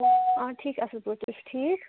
آ ٹھیٖک اَصل پٲٹھۍ تُہۍ چھِو ٹھیٖک